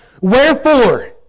Wherefore